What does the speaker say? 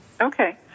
Okay